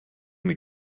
mes